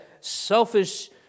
selfish